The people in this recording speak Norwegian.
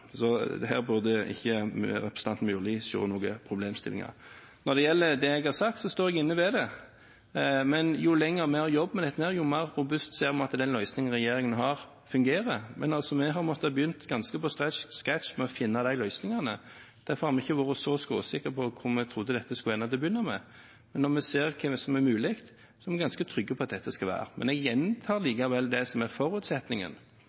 så det er oppklart. Her burde ikke representanten Myrli se noen problemstillinger. Når det gjelder det jeg har sagt, står jeg ved det. Men jo lenger vi har jobbet med dette, jo mer robust ser vi at den løsningen regjeringen har, fungerer. Men vi har altså måttet begynne ganske på scratch med å finne de løsningene. Derfor har vi ikke vært så skråsikre på hvor vi trodde dette skulle ende til å begynne med. Men når vi ser hva som er mulig, er vi ganske trygge på at dette skal vi gjøre. Men jeg gjentar likevel det som er forutsetningen,